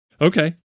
Okay